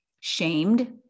shamed